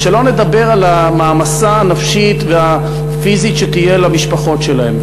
שלא לדבר על המעמסה הנפשית והפיזית שתהיה למשפחות שלהם.